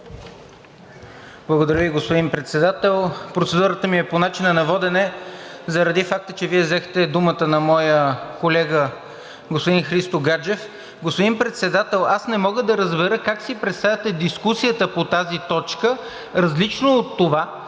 Благодаря Ви, господин Председател. Процедурата ми е по начина на водене заради факта, че Вие взехте думата на моя колега господин Христо Гаджев. Господин Председател, аз не мога да разбера как си представяте дискусията по тази точка различно от това